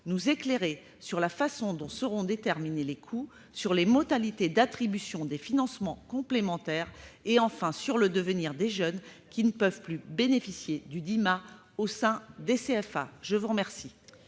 nous éclairer sur la façon dont seront déterminés les coûts, sur les modalités d'attribution des financements complémentaires et, enfin, sur le devenir des jeunes, qui ne peuvent plus bénéficier du DIMA au sein des CFA ? La parole